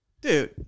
Dude